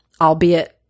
albeit